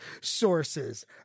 sources